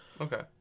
Okay